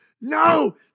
No